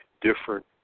different